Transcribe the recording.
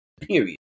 Period